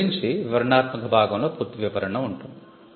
దీని గురించి వివరణాత్మక భాగంలో పూర్తి వివరణ ఉంటుంది